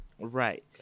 right